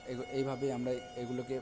এই এইভাবেই আমরা এগুলোকে